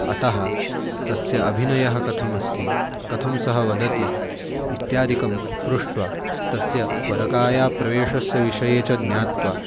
अतः तस्य अभिनयः कथमस्ति कथं सः वदति इत्यादिकं पृष्ट्वा तस्य परकायाप्रवेशस्य विषये च ज्ञात्वा